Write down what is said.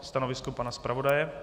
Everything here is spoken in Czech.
Stanovisko pana zpravodaje?